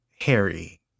Harry